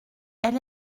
elle